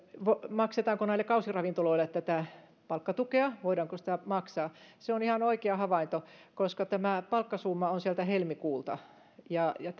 maksetaanko näille kausiravintoloille tätä palkkatukea voidaanko sitä maksaa se on ihan oikea havainto koska tämä palkkasumma on sieltä helmikuulta ja ja